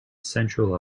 central